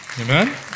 Amen